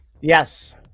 Yes